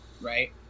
right